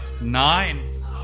nine